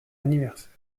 anniversaire